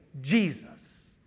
Jesus